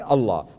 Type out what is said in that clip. Allah